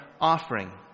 offering